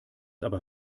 aber